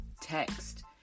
Text